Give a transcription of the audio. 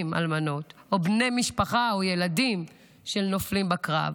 אלמנות או בני משפחה או ילדים של נופלים בקרב.